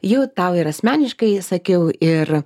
jau tau ir asmeniškai sakiau ir